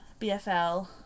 BFL